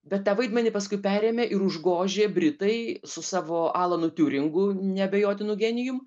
bet tą vaidmenį paskui perėmė ir užgožė britai su savo alanu tiuringu neabejotinu genijum